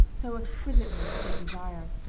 so exquisitely to be desired.